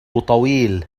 طويل